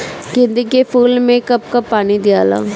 गेंदे के फूल मे कब कब पानी दियाला?